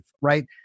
right